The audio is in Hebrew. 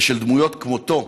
ושל דמויות כמותו,